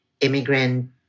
immigrant